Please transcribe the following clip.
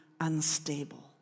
unstable